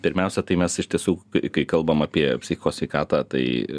pirmiausia tai mes iš tiesų kai kalbam apie psichikos sveikatą tai